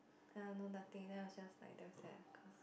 ya no nothing then I was just like damn sad cause